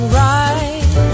right